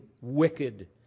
wicked